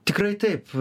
tikrai taip